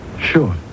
Sure